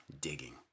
digging